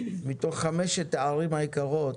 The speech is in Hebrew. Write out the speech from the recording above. מתוך חמש הערים היקרות,